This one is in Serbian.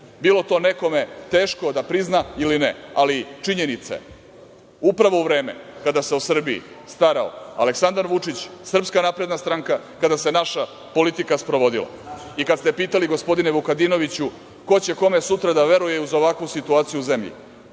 bilo to nekome teško da prizna, ili ne, ali činjenica je upravo vreme kada se o Srbiji starao Aleksandar Vučić, SNS, kada se naša politika sprovodila i kada ste pitali gospodine Vukadinoviću, ko će kome sutra da veruje uz ovakvu situaciju u zemlji? Nije